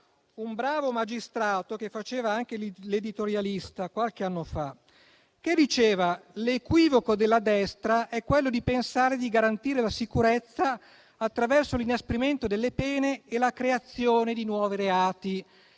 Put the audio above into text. un bravo magistrato che faceva anche l'editorialista: «l'equivoco della destra è quello di pensare di garantire la sicurezza attraverso l'inasprimento delle pene e la creazione di nuovi reati».